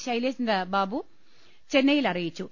ശൈലേന്ദ്രബാബു ചെന്നൈയിൽ അറിയിച്ചു